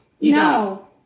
no